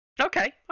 Okay